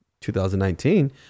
2019